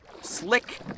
Slick